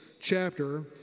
chapter